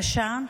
קשה,